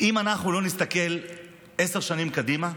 אם אנחנו לא נסתכל עשר שנים קדימה,